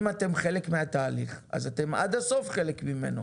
אם אתם חלק מהתהליך, אתם עד הסוף חלק ממנו.